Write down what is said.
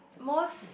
most